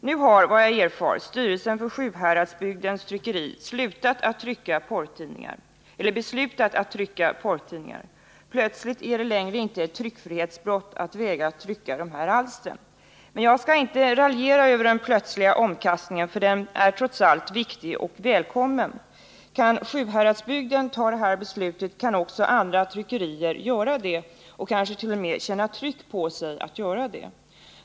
Nu har, enligt vad jag erfar, styrelsen för Sjuhäradsbygdens Tryckeri beslutat att sluta trycka porrtidningar. Plötsligt är det inte längre ett tryckfrihetsbrott att vägra trycka de här alstren. Men jag skall inte raljera över den plötsliga omkastningen, för den är trots allt viktig och välkommen. Kan Sjuhäradsbygdens Tryckeri ta det här beslutet kan också andra tryckerier göra det, och de kanske t.o.m. känner tryck på sig att göra det.